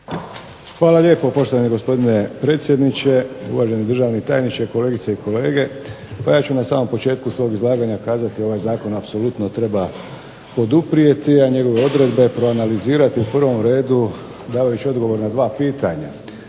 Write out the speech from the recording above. Hvala lijepo poštovani gospodine predsjedniče, uvaženi državni tajniče, kolegice i kolege. Pa ja ću na samom početku svog izlaganja kazati da ovaj zakon apsolutno treba poduprijeti, a njegove odredbe proanalizirati u prvom redu dajući odgovor na dva pitanja.